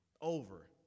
over